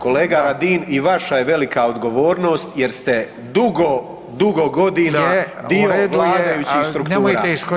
Kolega Radin i vaša je velika odgovornost jer ste dugo dugo godina dio vladajućih struktura.